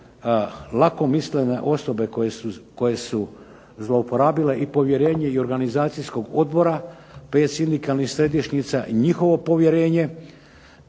lakomislene osobe koje su izrabile povjerenje i organizacijskog odbora, predsjednika središnjica, njihovo povjerenje,